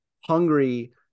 hungry